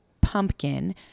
pumpkin